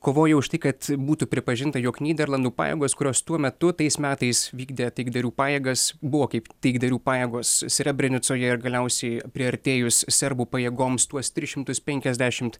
kovojo už tai kad būtų pripažinta jog nyderlandų pajėgos kurios tuo metu tais metais vykdė taikdarių pajėgas buvo kaip taikdarių pajėgos srebrenicoje ir galiausiai priartėjus serbų pajėgoms tuos tris šimtus penkiasdešimt